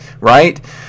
right